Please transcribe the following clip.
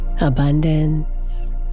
abundance